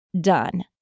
done